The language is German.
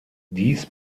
dies